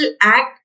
act